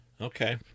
Okay